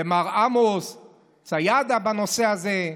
למר עמוס צייאדה, בנושא הזה,